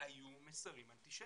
היו מסרים אנטישמיים.